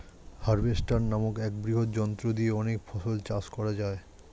harvester নামক এক বৃহৎ যন্ত্র দিয়ে অনেক ফসল চাষ করা যায়